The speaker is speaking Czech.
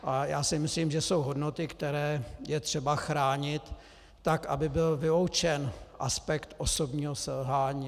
A já si myslím, že jsou hodnoty, které je třeba chránit tak, aby byl vyloučen aspekt osobního selhání.